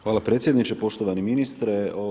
Hvala predsjedniče, poštovani ministre.